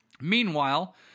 Meanwhile